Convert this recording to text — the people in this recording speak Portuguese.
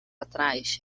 atrás